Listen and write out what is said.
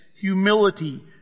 humility